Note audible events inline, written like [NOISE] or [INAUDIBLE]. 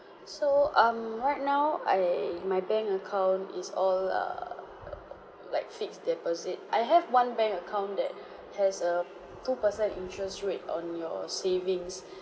[BREATH] so um right now I my bank account is all err like fixed deposit I have one bank account that [BREATH] has a two per cent interest rate on your savings [BREATH]